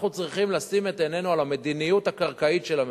אנחנו צריכים לשים את עינינו על המדיניות הקרקעית של המדינה.